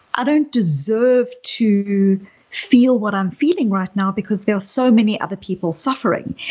i don't deserve to feel what i'm feeling right now because there are so many other people suffering,